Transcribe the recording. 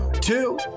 two